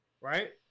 Right